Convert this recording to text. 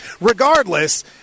Regardless –